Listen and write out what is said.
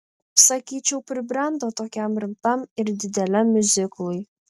sakyčiau pribrendo tokiam rimtam ir dideliam miuziklui